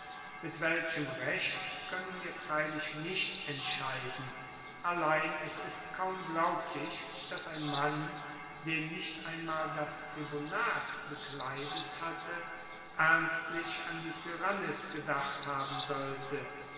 mit welchem recht koennen wir freilich nicht entscheiden allein es ist kaum glaublich dass ein mann der nicht einmal das tribunat bekleidet hatte ernstlich an die tyrannis gedacht haben sollte